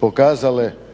pokazale